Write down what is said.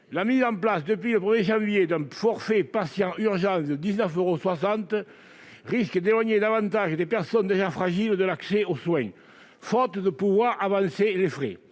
la mise en place depuis le 1 janvier d'un forfait patient urgences de 19,61 euros risque d'éloigner davantage des personnes déjà fragiles de l'accès aux soins, car elles ne pourront pas avancer les frais.